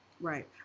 Right